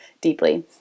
deeply